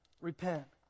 repent